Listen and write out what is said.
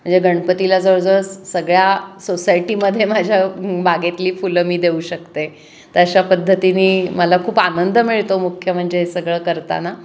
म्हणजे गणपतीला जवळजवळ स सगळ्या सोसायटीमध्ये माझ्या बागेतली फुलं मी देऊ शकते तर अशा पद्धतीनी मला खूप आनंद मिळतो मुख्य म्हणजे सगळं करताना